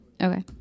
Okay